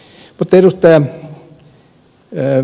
mutta ed